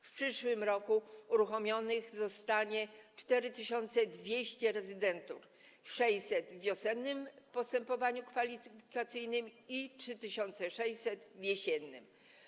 W przyszłym roku uruchomionych zostanie 4200 rezydentur - 600 w wiosennym postępowaniu kwalifikacyjnym i 3600 w jesiennym.